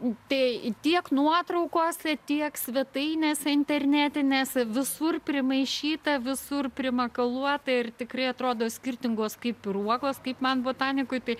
tai tiek nuotraukose tiek svetainėse internetinės visur primaišyta visur primakaluota ir tikrai atrodo skirtingos kaip ir uogos kaip man botanikui tai